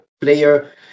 player